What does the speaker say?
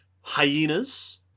Hyenas